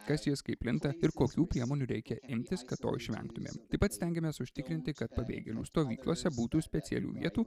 kas jis kaip plinta ir kokių priemonių reikia imtis kad to išvengtumėm taip pat stengiamės užtikrinti kad pabėgėlių stovyklose būtų specialių vietų